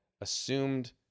assumed